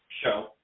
show